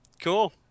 cool